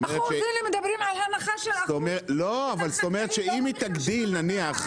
התשפ"ג-2023 תיקון סעיף 441.בחוק תכנון משק החלב,